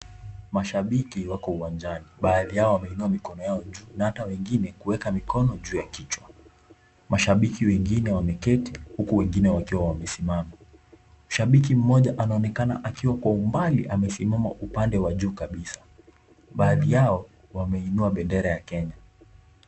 Mashabiki wako uwanjani. Baadhi yao wameinua mikono yao juu na hata wengine kuweka mikono juu ya kichwa. Mashabiki wengine wameketi huku wengine wakiwa wamesimama. Shabiki mmoja anaonekana akiwa kwa umbali amesimama upande wa juu kabisa. Baadhi yao wameinua bendera ya Kenya.